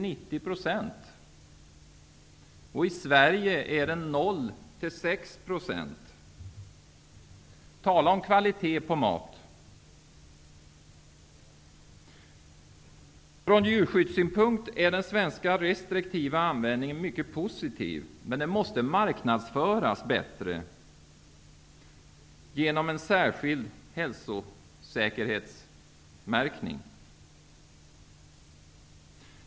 Sverige är den 0--6 %. Tala om kvalitet på mat! Ur djurskyddssynpunkt är den svenska restriktiva användningen mycket positiv, men den måste marknadsföras bättre genom en särskild hälsosäkerhetsmärkning.